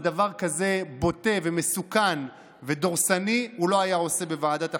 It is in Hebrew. דבר כזה בוטה ומסוכן ודורסני הוא לא היה עושה בוועדת החוקה.